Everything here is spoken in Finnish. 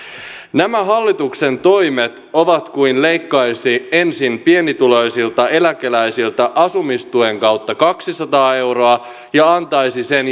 nämä hallituksen toimet ovat kuin leikkaisi ensin pienituloisilta eläkeläisiltä asumistuen kautta kaksisataa euroa ja antaisi sen